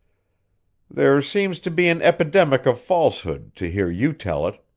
there seems to be an epidemic of falsehood, to hear you tell it.